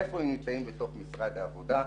איפה הם נמצאים בתוך משרד העבודה,